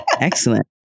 Excellent